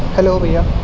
hello بھیا